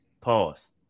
pause